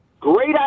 Great